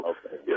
Okay